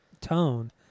tone